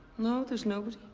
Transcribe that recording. no, there's nobody.